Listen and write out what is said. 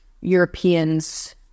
europeans